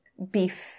beef